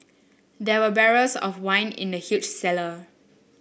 there were barrels of wine in the huge cellar